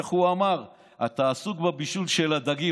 איך הוא אמר: אתה עסוק בבישול של הדגים.